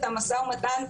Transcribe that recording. את המאבק שלכן,